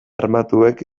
armatuek